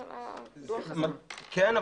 כן,